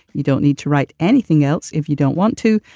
you don't need to write anything else if you don't want to.